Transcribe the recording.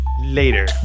later